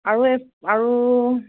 আৰু আৰু